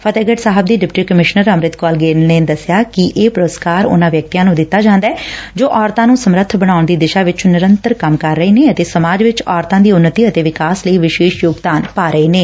ਫਤਹਿਗੜੁ ਸਾਹਿਬ ਦੀ deputy commissioner Amrit Kaur Gill ਨੇ ਦੱਸਿਆ ਕਿ ਇਹ ਪੁਰਸਕਾਰ ਉਨੂਾ ਵਿਅਕਤੀਆਂ ਨੂੰ ਦਿੱਤਾ ਜਾਂਦੈ ਜੋਂ ਔਰਤਾਂ ਨੂੰ ਸਮਰੱਬ ਬਣਾਉਣ ਦੀ ਦਿਸ਼ਾ ਵਿੱਚ ਨਿਰੰਤਰ ਕੰਮ ਕਰ ਰਹੇ ਨੇ ਅਤੇ ਸਮਾਜ ਵਿੱਚ ਔਰਤਾ ਦੀ ਉੱਨਤੀ ਅਤੇ ਵਿਕਾਸ ਲਈ ਵਿਸ਼ੇਸ਼ ਯੋਗਦਾਨ ਪਾ ਰਹੇ ਨੇ